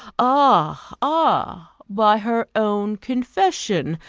ah, ah! by her own confession,